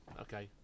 Okay